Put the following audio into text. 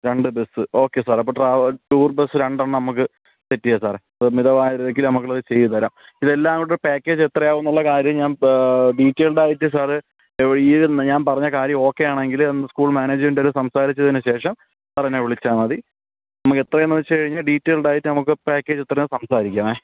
രണ്ട് bus okay സാറേ അപ്പോൾ ട്രാവ ടൂർ ബസ്സ് രണ്ടെണ്ണം നമുക്ക് സെറ്റ് ചെയ്യാം സാറേ മിതമായ നിരക്കിൽ നമുക്കുള്ളത് ചെയ്തുതരാം ഇതെല്ലാം കൂടെ ഒരു പാക്കേജ് എത്രയാകും എന്നുള്ള കാര്യം ഞാൻ ഡീറ്റൈൽഡ് ആയിട്ട് സാറ് എവ ഈ ഞാൻ പറഞ്ഞ കാര്യം ഓക്കെ ആണെങ്കിൽ ഒന്ന് സ്ക്കൂൾ മാനേജ്മെൻറോട് സംസാരിച്ചതിനുശേഷം സാറെന്നെ വിളിച്ചാൽ മതി നമ്മക്കെത്രയെന്നു വെച്ചുകഴിഞ്ഞാൽ ഡീറ്റൈൽഡ് ആയിട്ട് നമുക്കു പാക്കേജെത്രയാന്നു സംസാരിക്കാം